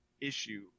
issue